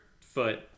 foot